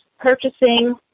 purchasing